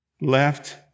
Left